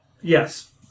Yes